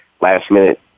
last-minute